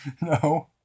No